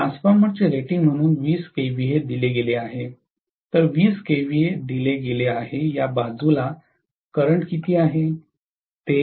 ट्रान्सफॉर्मरचे रेटिंग म्हणून 20 kVA दिले गेले आहे तर 20 kVA दिले गेले आहे या बाजूला करंट किती आहे